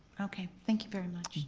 okay, thank you very much.